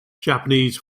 japanese